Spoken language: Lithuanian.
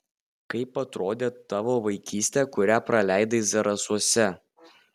kaip atrodė tavo vaikystė kurią praleidai zarasuose